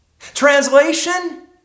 Translation